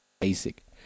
basic